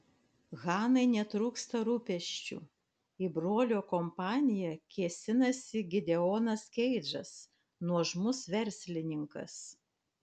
hanai netrūksta rūpesčių į brolio kompaniją kėsinasi gideonas keidžas nuožmus verslininkas